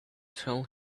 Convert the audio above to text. tell